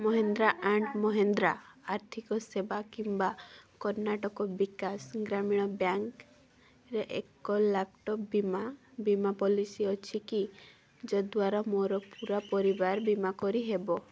Mahindra and Mahindra ଆର୍ଥିକ ସେବା କିମ୍ବା କର୍ଣ୍ଣାଟକ ବିକାଶ ଗ୍ରାମୀଣ ବ୍ୟାଙ୍କ୍ରେ ଏକ ଲାପଟପ୍ ବୀମା ବୀମା ପଲିସି ଅଛି କି ଯଦ୍ଵାରା ମୋର ପୂରା ପରିବାରର ବୀମା କରିହେବ